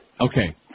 Okay